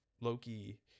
Loki